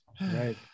Right